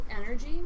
Energy